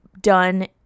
done